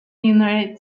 united